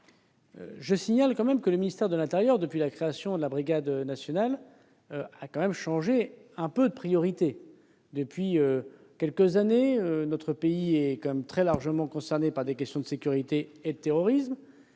Je signale que le ministère de l'intérieur, depuis la création de cette brigade, a tout de même changé quelque peu de priorité. Depuis quelques années, notre pays est tout de même très largement concerné par les questions de sécurité et de terrorisme.